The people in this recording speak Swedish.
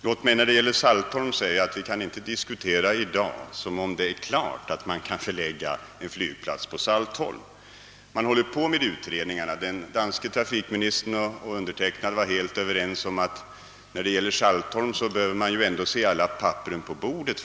Herr talman! Låt mig när det gäller Saltholm framhålla att vi i dag inte kan diskutera detta alternativ som om det är klart att man kan förlägga en flygplats dit. Utredningar pågår i denna fråga, och den danske trafikministern och jag har varit helt överens om att man beträffande Saltholm först åtminstone bör få alla papperen på bordet.